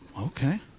Okay